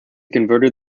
converted